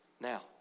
Now